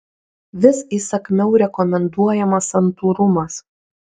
vis įsakmiau rekomenduojamas santūrumas